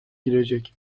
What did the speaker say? girecek